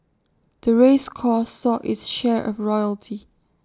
the race course saw its share of royalty